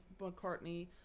McCartney-